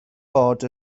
bod